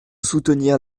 soutenir